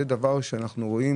זה דבר שאנחנו רואים